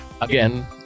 again